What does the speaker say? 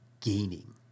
gaining